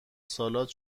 سالاد